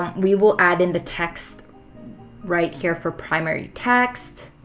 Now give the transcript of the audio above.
um we will add in the text right here for primary text.